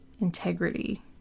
integrity